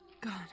god